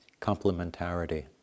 Complementarity